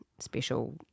Special